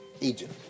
Egypt